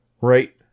Right